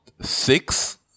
six